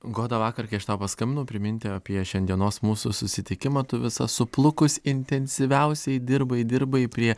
goda vakar kai aš tau paskambino priminti apie šiandienos mūsų susitikimą tu visa suplukus intensyviausiai dirbai dirbai prie